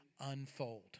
unfold